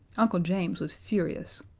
uncle james was furious.